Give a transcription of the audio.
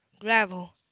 gravel